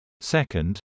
Second